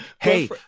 hey